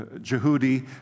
Jehudi